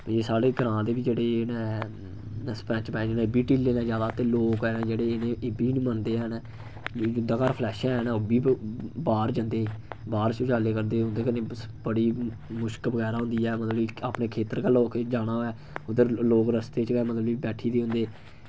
ते एह् साढ़े ग्रांऽ दे बी जेह्ड़े ओह् न सरपैंच पैंच न एह् बी ढिल्ले न ज्यादा ते लोक हैन जेह्ड़े इ'नें एह् बि नि मन्नदे हैन जिन्दे घर फ्लैश हैन ओह् बी बाह्र ब बज्जर जन्दे बाह्र शौचालय करदे उं'दे कन्नै बड़ी मुश्क बगैरा होंदी ऐ मतलब कि अपने खेत्तर गै लोक जाना होऐ उद्धर लोक रस्ते च गै मतलब कि बैठी दे होंदे